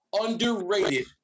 underrated